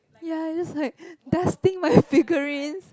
ya it's just like testing my figurines